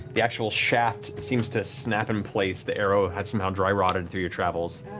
the actual shaft seems to snap in place. the arrow had somehow dry-rotted through your travels.